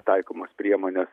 taikomos priemonės